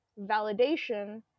validation